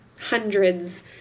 hundreds